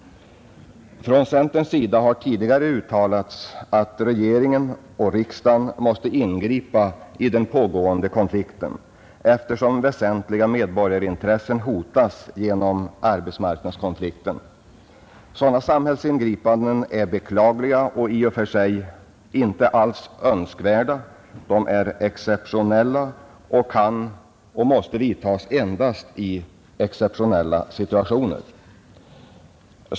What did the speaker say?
Från centerns sida har tidigare uttalats att regering och riksdag måste ingripa i den pågående konflikten, eftersom väsentliga medborgarintressen hotas genom arbetsmarknadskonflikten. Sådana samhällsingripanden är beklagliga och i och för sig inte alls önskvärda; de är exceptionella och kan och måste tillgripas endast i exceptionella situationer.